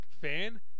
fan